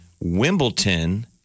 Wimbledon